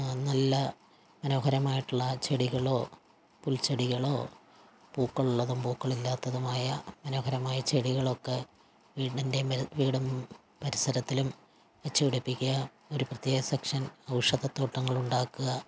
നല്ല മനോഹരമായിട്ടുള്ള ചെടികളോ പുൽച്ചെടികളോ പൂക്കളുള്ളതും പൂക്കളില്ലാത്തതുമായ മനോഹരമായ ചെടികളൊക്കെ വീടിൻ്റെ വീടും പരിസരത്തിലും വെച്ച് പിടിപ്പിക്കുക ഒരു പ്രത്യേക സെക്ഷൻ ഔഷധത്തോട്ടങ്ങളുണ്ടാക്കുക